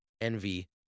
envy